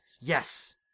Yes